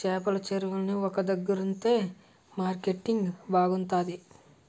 చేపల చెరువులన్నీ ఒక దగ్గరుంతె మార్కెటింగ్ బాగుంతాది